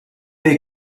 dei